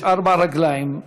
לא, יש ארבע רגליים.